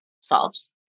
solves